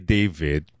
David